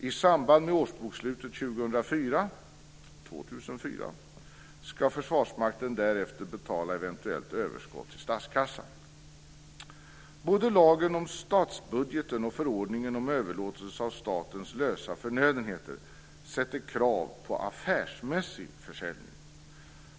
I samband med årsbokslutet 2004 ska Försvarsmakten därefter betala eventuellt överskott till statskassan. Både lagen om statsbudgeten och förordningen om överlåtelse av statens lösa förnödenheter ställer krav på affärsmässig försäljning.